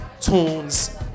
tunes